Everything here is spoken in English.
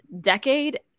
decade